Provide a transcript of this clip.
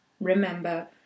remember